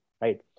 right